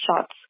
Shots